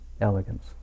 elegance